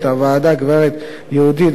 גברת יהודית גידלי,